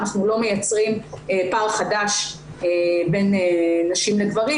אנחנו לא מייצרים פער חדש בין נשים לגברים,